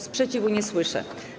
Sprzeciwu nie słyszę.